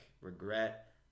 regret